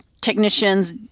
technicians